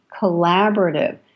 collaborative